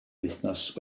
wythnos